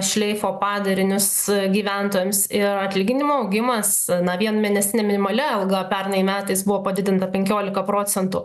šleifo padarinius gyventojams ir atlyginimų augimas na vien mėnesinė minimali alga pernai metais buvo padidinta penkiolika procentų